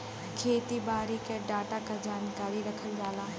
खेती बारी के डाटा क जानकारी रखल जाला